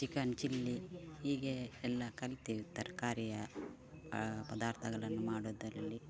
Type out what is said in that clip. chicken chilli ಹೀಗೆ ಎಲ್ಲ ಕಲಿತೆ ತರಕಾರಿಯ ಪದಾರ್ಥಗಳನ್ನು ಮಾಡುವುದರಲ್ಲಿ